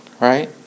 right